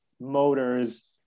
motors